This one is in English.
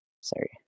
Sorry